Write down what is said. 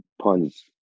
Pun's